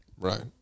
Right